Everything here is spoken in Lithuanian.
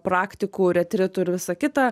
praktikų retritų ir visa kita